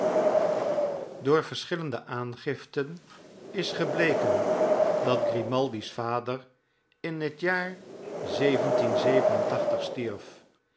door verschillende aangiften is gebleken dat grimaldi's vader in het jaar stierf